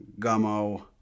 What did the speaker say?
Gummo